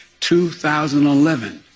2011